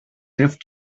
drift